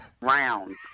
round